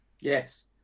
Yes